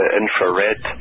infrared